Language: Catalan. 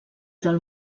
del